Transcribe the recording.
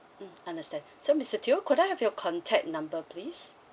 mm understand so mister teo could I have your contact number please